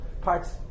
parts